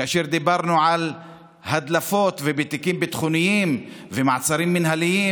כאשר דיברנו על הדלפות בתיקים ביטחוניים ובמעצרים מינהליים